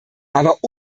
aber